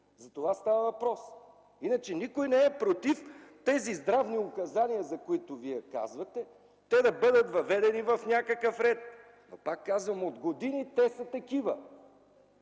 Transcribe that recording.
За това става въпрос. Иначе никой не е против тези здравни указания, за които Вие казвате, да бъдат въведени в някакъв ред. Пак казвам, от години те са такива,